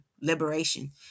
liberation